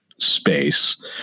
Space